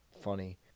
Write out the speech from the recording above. funny